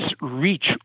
reach